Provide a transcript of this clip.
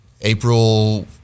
April